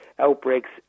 outbreaks